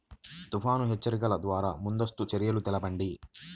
తుఫాను హెచ్చరికల ద్వార ముందస్తు చర్యలు తెలపండి?